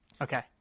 Okay